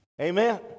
Amen